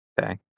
Okay